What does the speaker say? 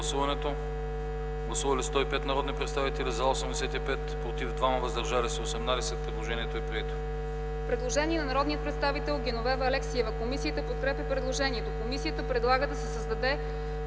Предложението е прието.